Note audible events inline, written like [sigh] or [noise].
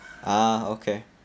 ah okay [noise]